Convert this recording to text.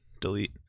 delete